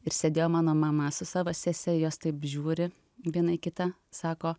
ir sėdėjo mano mama su savo sese jos taip žiūri viena į kitą sako